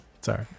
Sorry